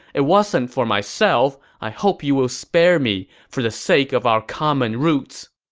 it wasn't for myself. i hope you will spare me for the sake of our common roots.